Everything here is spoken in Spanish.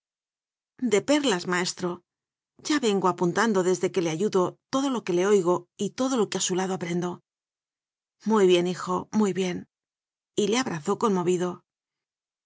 de perlas maestro ya vengo apuntan do desde que le ayudo todo lo que le oigo y todo lo que a su lado aprendo muy bien hijo muy bien y le abrazó conmovido